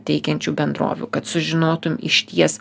teikiančių bendrovių kad sužinotum išties